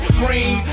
green